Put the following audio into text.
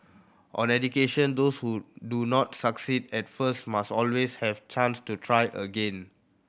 on education those who do not succeed at first must always have chance to try again